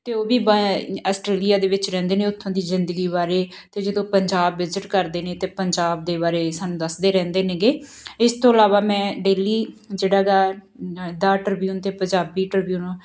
ਅਤੇ ਉਹ ਵੀ ਆਸਟ੍ਰੇਲੀਆ ਦੇ ਵਿਚ ਰਹਿੰਦੇ ਨੇ ਉੱਥੋਂ ਦੀ ਜਿੰਦਗੀ ਬਾਰੇ ਅਤੇ ਜਦੋਂ ਪੰਜਾਬ ਵਿਜ਼ਿਟ ਕਰਦੇ ਨੇ ਤਾਂ ਪੰਜਾਬ ਦੇ ਬਾਰੇ ਸਾਨੂੰ ਦੱਸਦੇ ਰਹਿੰਦੇ ਨੇ ਗੇ ਇਸ ਤੋਂ ਇਲਾਵਾ ਮੈਂ ਡੇਲੀ ਜਿਹੜਾ ਗਾ ਦਾ ਟ੍ਰਿਬਿਊਨ ਤੇ ਪੰਜਾਬੀ ਟ੍ਰਿਬਿਊਨ